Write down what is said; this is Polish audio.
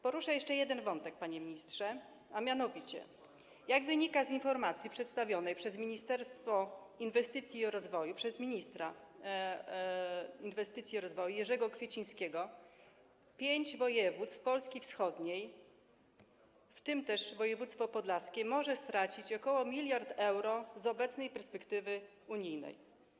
Poruszę jeszcze jeden wątek, panie ministrze, a mianowicie jak wynika z informacji przedstawionej przez Ministerstwo Inwestycji i Rozwoju, przez ministra inwestycji i rozwoju Jerzego Kwiecińskiego, pięć województw Polski wschodniej, w tym województwo podlaskie, może stracić ok. 1 mld euro ze środków obecnej perspektywy unijnej.